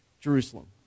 Jerusalem